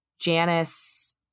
Janice